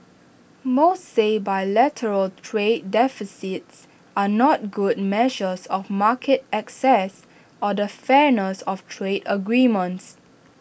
most say bilateral trade deficits are not good measures of market access or the fairness of trade agreements